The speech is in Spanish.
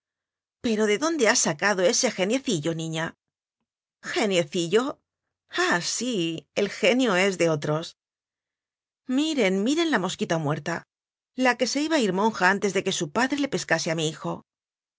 pero de dónde has sacado ese geniecillo niña geniecillo ah sí el genio es de otros miren miren la mosquita muerta la que se iba a ir monja antes de que su padre le pescase a mi hijo